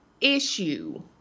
issue